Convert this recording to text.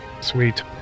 Sweet